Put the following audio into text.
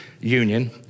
Union